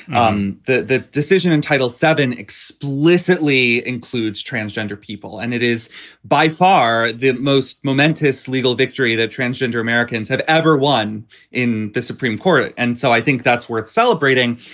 um that decision in title seven explicitly includes transgender people, and it is by far the most momentous legal victory that transgender americans have ever won in the supreme court. and so i think that's worth celebrating.